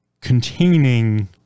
containing